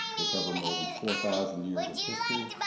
they cover more than four thousand years of history,